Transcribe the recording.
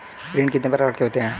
ऋण कितने प्रकार के होते हैं?